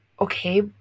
okay